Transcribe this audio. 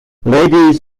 ladies